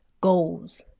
goals